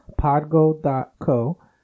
podgo.co